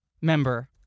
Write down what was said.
member